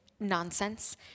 nonsense